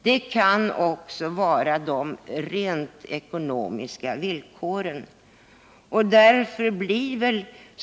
Det kan också vara de rent ekonomiska villkoren.